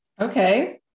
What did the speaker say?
Okay